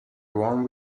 one